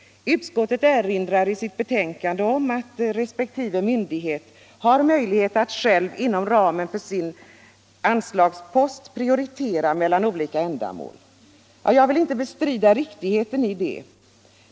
I sitt betänkande erinrar utskottet om att resp. myndighet har möjlighet att själv inom ramen för sin anslagspost prioritera mellan olika ändamål. Jag bestrider inte riktigheten i detta.